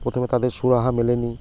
প্রথমে তাদের সুরাহা মেলেনি